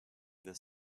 this